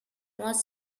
was